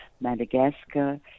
Madagascar